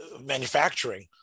manufacturing